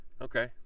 Okay